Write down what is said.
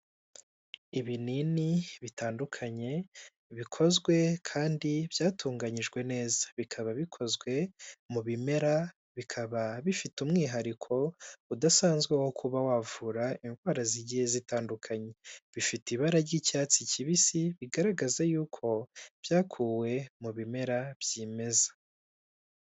Ibinini bitandukanye bikozwe kandi byatunganyijwe neza; bikaba bikozwe mu bimera, bikaba bifite umwihariko udasanzwe wo kuba wavura indwara zigiye zitandukanye, bifite ibara ry'icyatsi kibisi bigaragaza y'uko byakuwe mu bimera byimeza.